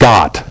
God